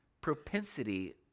propensity